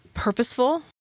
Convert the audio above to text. purposeful